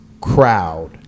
crowd